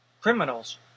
criminals